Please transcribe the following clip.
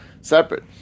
separate